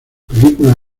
películas